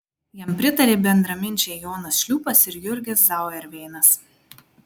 jam pritarė bendraminčiai jonas šliūpas ir jurgis zauerveinas